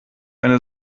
eine